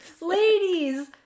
Ladies